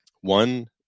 One